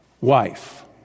wife